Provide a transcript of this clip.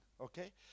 Okay